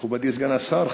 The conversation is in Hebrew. מכובדי סגן השר,